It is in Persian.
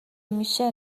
میشه